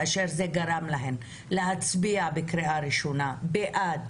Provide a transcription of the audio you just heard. דבר שגרם להן להצביע בקריאה ראשונה בעד